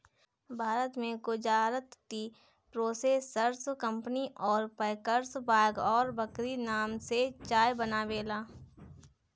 भारत में Gujarat tea processors company अउर packers बाघ और बकरी नाम से चाय बनावेला